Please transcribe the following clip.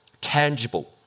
tangible